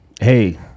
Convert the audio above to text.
hey